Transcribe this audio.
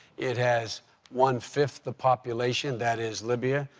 it has one-fifth the population that is libya,